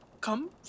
come